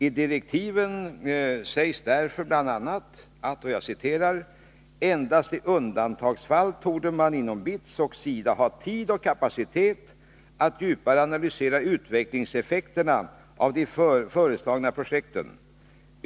I direktiven sägs därför bl.a. att ”endast i undantagsfall torde man inom BITS och SIDA ha tid och kapacitet att djupare analysera utvecklingseffekterna av de föreslagna projekten.